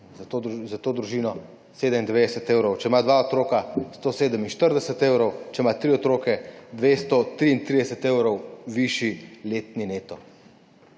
za to družino 97 evrov, če ima dva otroka 147 evrov, če ima tri otroke 233 evrov višji letni neto.